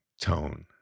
tone